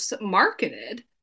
marketed